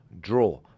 draw